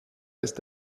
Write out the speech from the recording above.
ist